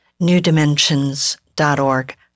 newdimensions.org